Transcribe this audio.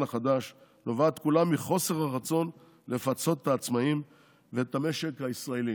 החדש נובעת כולה מחוסר הרצון לפצות את העצמאים ואת המשק הישראלי